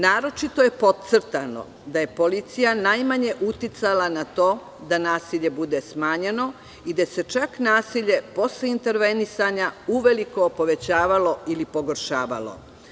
Naročito je podcrtano da je policija najmanje uticala na to da nasilje bude smanjeno i da se čak nasilje posle intervenisanja uveliko povećavalo ili pogoršavalo.